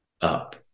up